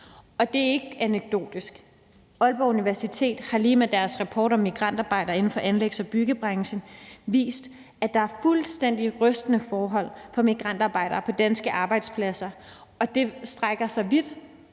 og det er ikke er anekdotisk. Aalborg Universitet har lige med deres rapport om migrantarbejdere inden for anlægs-og byggebranchen vist, at der er fuldstændig rystende forhold for migrantarbejdere på danske arbejdspladser, og det strækker sig vidt.